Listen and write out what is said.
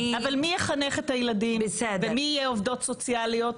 אבל מי יחנך את הילדים ומי יהיה עובדות סוציאליות?